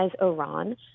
Iran